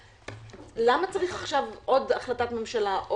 למה צריך עכשיו עוד החלטת ממשלה?